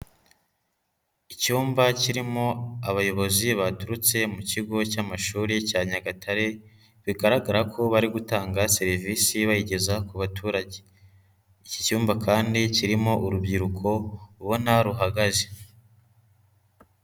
Icyumba kirimo abayobozi baturutse mu kigo cy'amashuri cya Nyagatare, bigaragara ko bari gutanga serivisi bayigeza ku baturage, iki cyumba kandi kirimo urubyiruko, ubona ruhagaze.